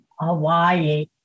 Hawaii